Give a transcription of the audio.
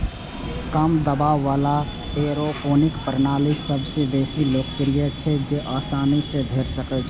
कम दबाव बला एयरोपोनिक प्रणाली सबसं बेसी लोकप्रिय छै, जेआसानी सं भेटै छै